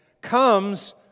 comes